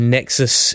Nexus